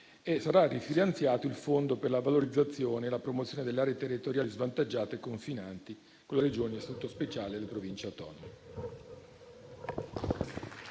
sarà rifinanziato il Fondo per la valorizzazione e la promozione delle aree territoriali svantaggiate confinanti con le Regioni a statuto speciale e le Province autonome.